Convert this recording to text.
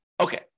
Okay